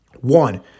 One